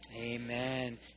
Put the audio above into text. Amen